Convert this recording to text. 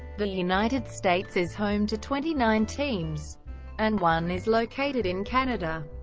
the united states is home to twenty nine teams and one is located in canada.